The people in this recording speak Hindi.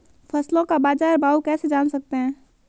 फसलों का बाज़ार भाव कैसे जान सकते हैं?